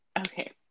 okay